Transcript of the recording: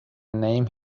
name